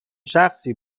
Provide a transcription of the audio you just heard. شخصی